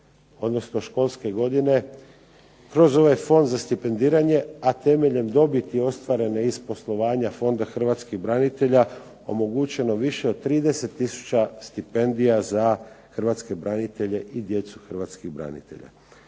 odnosno školske godine kroz ovaj Fond za stipendiranje, a temeljem dobiti iz poslovanja Fonda hrvatskih branitelja, omogućeno više od 30 tisuća stipendija za Hrvatske branitelje i djecu hrvatskih branitelja.